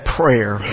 prayer